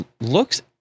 looks